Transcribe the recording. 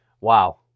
Wow